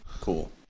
Cool